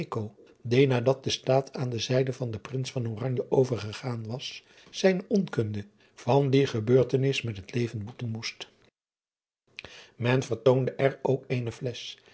nadat de stad aan de zijde van den rins overgegaan was zijne onkunde van die gebeurtenis met het leven boeten moest en vertoonde er ook eene lesch